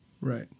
Right